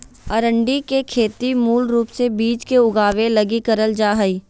अरंडी के खेती मूल रूप से बिज के उगाबे लगी करल जा हइ